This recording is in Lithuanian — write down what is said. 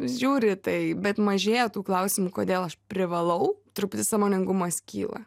žiūri į tai bet mažėja tų klausimų kodėl aš privalau truputį sąmoningumas kyla